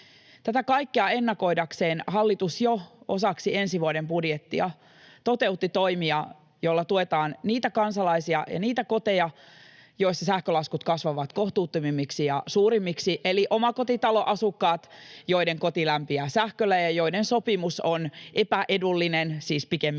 Tätä kaikkea ennakoidakseen hallitus jo osaksi ensi vuoden budjettia toteutti toimia, joilla tuetaan niitä kansalaisia ja niitä koteja, joissa sähkölaskut kasvavat kohtuuttomimmiksi ja suurimmiksi, eli omakotitaloasukkaita, joiden koti lämpiää sähköllä ja joiden sopimus on epäedullinen, siis pikemminkin